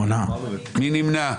מי נמנע?